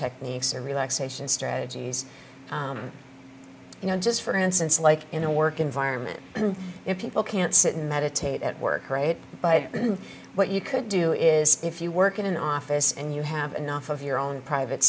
techniques or relaxation strategies you know just for instance like in a work environment if people can't sit in that a tape at work great but what you could do is if you work in an office and you have enough of your own private